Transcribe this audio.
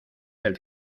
del